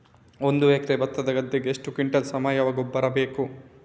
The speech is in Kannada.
ಒಂದು ಎಕರೆ ಭತ್ತದ ಗದ್ದೆಗೆ ಎಷ್ಟು ಕ್ವಿಂಟಲ್ ಸಾವಯವ ಗೊಬ್ಬರ ಬೇಕು?